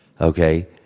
Okay